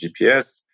GPS